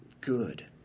Good